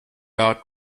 art